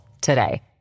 today